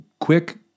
quick